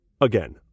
again